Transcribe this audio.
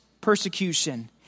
persecution